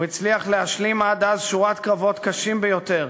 הוא הצליח להשלים עד אז שורת קרבות קשים ביותר,